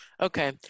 Okay